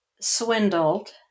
Swindled